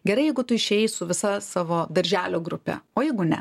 gerai jeigu tu išėjai su visa savo darželio grupe o jeigu ne